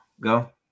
go